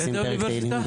איזו אוניברסיטה?